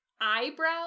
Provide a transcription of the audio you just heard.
eyebrow